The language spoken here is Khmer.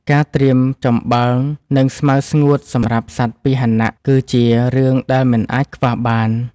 ការត្រៀមចំបើង និងស្មៅស្ងួតសម្រាប់សត្វពាហនៈគឺជារឿងដែលមិនអាចខ្វះបាន។